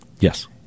Yes